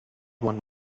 one